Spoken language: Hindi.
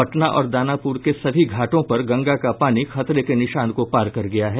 पटना और दानापुर के सभी घाटों पर गंगा का पानी खतरे के निशान को पार कर गया है